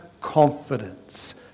confidence